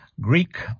Greek